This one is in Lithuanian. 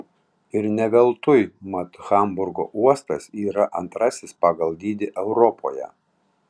ir ne veltui mat hamburgo uostas yra antrasis pagal dydį europoje